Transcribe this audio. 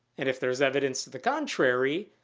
and if there's evidence to the contrary,